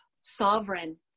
sovereign